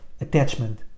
attachment